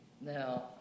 Now